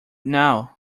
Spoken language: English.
now